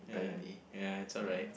ya ya it's alright